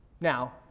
Now